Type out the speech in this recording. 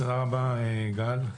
תודה רבה, גל.